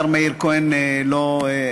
דברי לומר, השר מאיר כהן שאמור להשיב